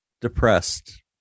depressed